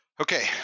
Okay